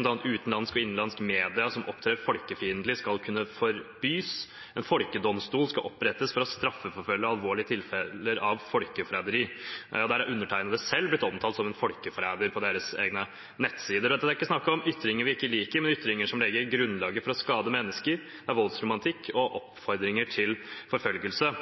utenlandske og innenlandske medier som opptrer folkefiendtlig, skal kunne forbys, og at en folkedomstol skal opprettes for å straffeforfølge alvorlige tilfeller av folkeforræderi. Undertegnede er selv blitt omtalt som en folkeforræder på deres nettsider. Det er ikke snakk om ytringer vi ikke liker, men om ytringer som legger grunnlaget for å skade mennesker. Det er voldsromantikk og oppfordringer til forfølgelse.